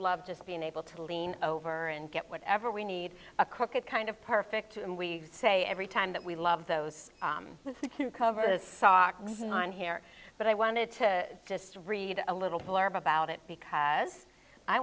love just being able to lean over and get whatever we need a crooked kind of perfect and we say every time that we love those two cover the sock on here but i wanted to just read a little blurb about it because i